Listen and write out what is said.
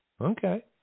Okay